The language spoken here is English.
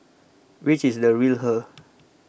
which is the real her